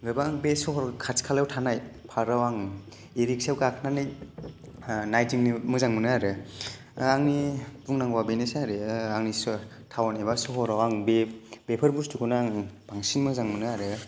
गोबां बे सहर खाथि खालायाव थानाय पार्काव आं इ रिक्सायाव गाखोनानै नायदिंनो मोजां मोनो आरो आंनि बुंनांगौवा बेनोसै आरो आंनि स' थावन एबा सहराव आं बे बेफोर बुस्तुखौनो आङो बांसिन मोजां मोनो आरो